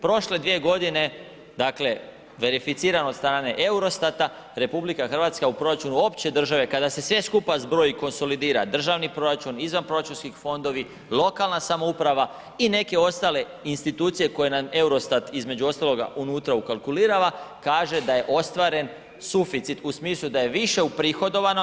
Prošle dvije godine verificiran od strane EUROSTAT-a RH u proračunu opće države kada se sve skupa zbroji i konolidira državni proračun, izvanproračunski fondovi, lokalna samouprava i neke ostale institucije koje nam EUROSTAT između ostaloga unutra ukalkulirala kaže da je ostvaren suficit u smislu da je više uprihodovano.